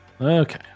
Okay